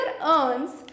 earns